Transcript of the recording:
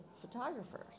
photographers